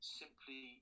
simply